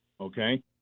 okay